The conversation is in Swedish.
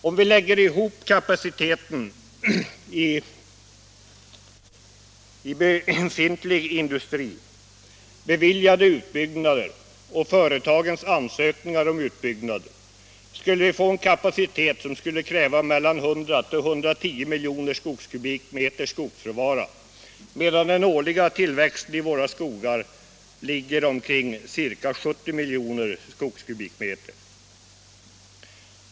Om vi lägger ihop kapaciteten i befintlig industri, i beviljade utbyggnader och i de utbyggnader som företagen ansökt om, får vi en kapacitet som skulle kräva mellan 100 och 110 miljoner skogskubikmeter råvara, medan den årliga tillväxten i våra skogar ligger omkring 70 miljoner skogskubikmeter.